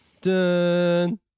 dun